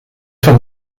van